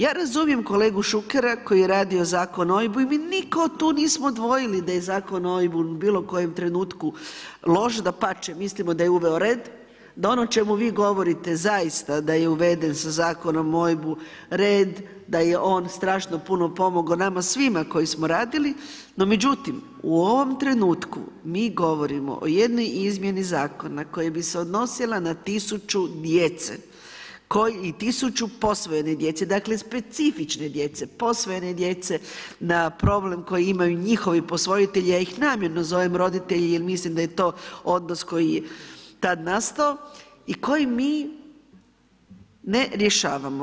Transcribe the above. Ja razumijem kolegu Šukera koji je radio Zakon o OIB-u i mi nitko tu nismo dvojili da je Zakon o OIB-u u bilo kojem trenutku loš, dapače mislimo da je uveo red, da ono o čemu vi govorite zaista da je uveden sa Zakonom o OIB-u red, da je on strašno puno pomogo nama svima koji smo radili, no međutim u ovom trenutku mi govorimo o jednoj izmjeni zakona koji bi se odnosila na 1000 djece, 1000 posvojene djece, dakle specifične djece, posvojene djece na problem koji imaju njihovi posvojitelji, ja ih namjerno zovem roditelji jer mislim da je to odnos koji je tad nastao i koji mi ne rješavamo.